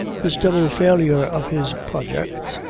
this double failure of his projects,